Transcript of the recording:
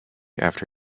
after